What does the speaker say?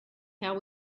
how